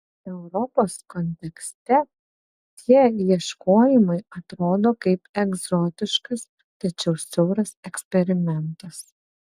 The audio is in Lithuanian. europos kontekste tie ieškojimai atrodo kaip egzotiškas tačiau siauras eksperimentas